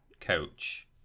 coach